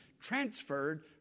transferred